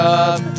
up